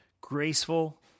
graceful